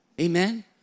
Amen